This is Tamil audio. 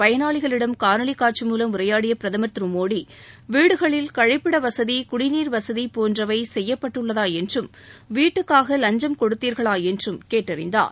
பயனாளிகளிடம் காணொலி காட்சி மூலம் உரையாடிய பிரதமர் திரு மோடி வீடுகளில் கழிப்பிட வசதி குடிநீர்வசதி போன்றவை செய்யப்பட்டுள்ளதா என்றும் வீட்டுக்காக வஞ்சம் கொடுத்தீர்களா என்றும் கேட்டறிந்தார்